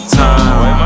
time